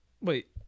Wait